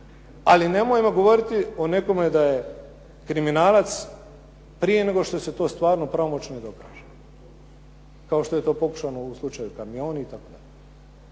Ali nemojmo govoriti o tome da je kriminalac, prije nego što se to stvarno pravomoćno i dokaže, kao to je prokušano u slučaju Kamioni itd.